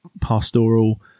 pastoral